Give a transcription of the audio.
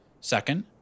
Second